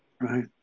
Right